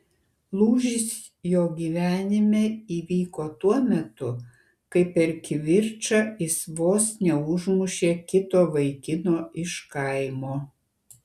lūžis jo gyvenime įvyko tuo metu kai per kivirčą jis vos neužmušė kito vaikino iš kaimo